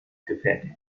gefertigt